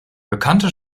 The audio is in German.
bekannte